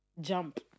jump